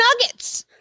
nuggets